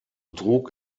trug